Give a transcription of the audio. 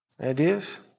Ideas